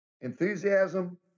enthusiasm